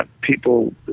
people